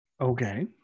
Okay